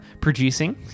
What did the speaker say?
producing